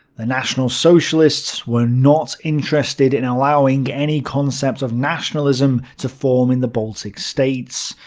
the national socialists were not interested in allowing any concept of nationalism to form in the baltic states.